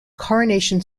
coronation